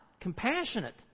compassionate